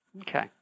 Okay